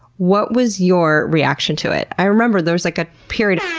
what was your reaction to it? i remember there was like a period